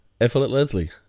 Effortlessly